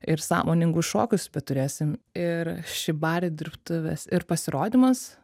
ir sąmoningus šokius bet turėsim ir šibari dirbtuves ir pasirodymas